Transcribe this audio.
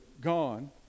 gone